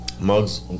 Mugs